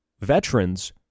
veterans